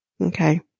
Okay